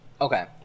Okay